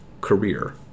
career